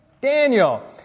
Daniel